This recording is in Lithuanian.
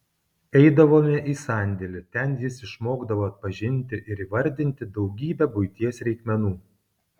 eidavome į sandėlį ten jis išmokdavo atpažinti ir įvardinti daugybę buities reikmenų